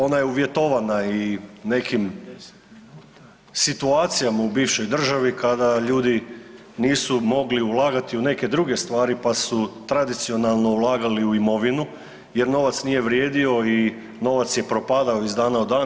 Ona je uvjetovana i nekim situacijama u bivšoj državi kada ljudi nisu mogli ulagati u neke druge stvari, pa si tradicionalno ulagali u imovinu, jer novac nije vrijedio i novac je propadao iz dana u dan.